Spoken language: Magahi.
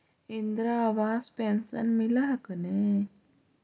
इन्द्रा आवास पेन्शन मिल हको ने?